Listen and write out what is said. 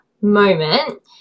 moment